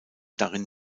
darin